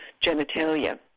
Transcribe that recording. genitalia